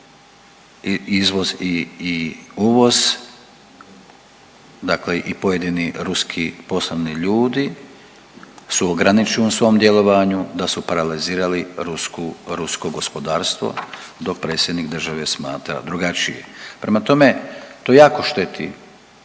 izvoz i, i uvoz, dakle i pojedini ruski poslovni ljudi su ograničeni u svom djelovanju, da su paralizirali rusku, rusko gospodarstvo dok predsjednik države smatra drugačije. Prema tome, to jako šteti